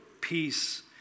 peace